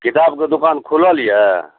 किताबकऽ दोकान खुलल यऽ